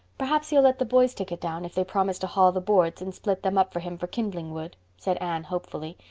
perhaps he'll let the boys take it down if they promise to haul the boards and split them up for him for kindling wood, said anne hopefully.